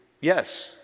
yes